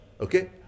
Okay